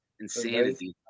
insanity